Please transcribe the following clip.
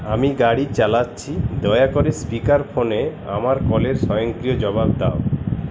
আমি গাড়ি চালাচ্ছি দয়া করে স্পিকার ফোনে আমার কলের স্বয়ংক্রিয় জবাব দাও